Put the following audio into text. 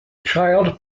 child